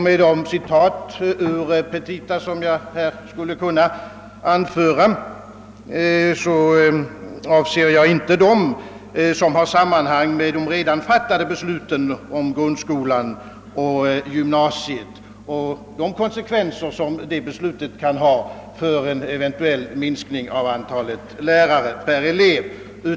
Med de citat ur petitan, som jag här skulle kunna anföra, avser jag inte dem som sammanhänger med det redan fattade beslutet om grundskolan och gymnasiet och de konsekvenser som detta kan ha för en eventuell minskning av antalet lärare per elev.